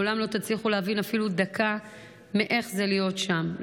לעולם לא תצליחו להבין איך זה להיות שם אפילו דקה.